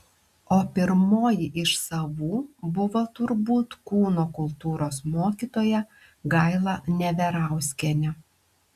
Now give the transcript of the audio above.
o pirmoji iš savų buvo turbūt kūno kultūros mokytoja gaila neverauskienė